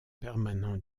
permanent